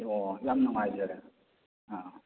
ꯑꯣ ꯌꯥꯝ ꯅꯨꯡꯉꯥꯏꯖꯔꯦ ꯑꯥ